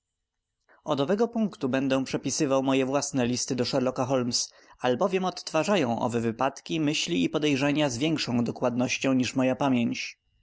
owego punktu będę przepisywał moje własne listy do sherlocka holmes albowiem odtwarzają owe wypadki myśli i podejrzenia z większą dokładnością niż moja pamięć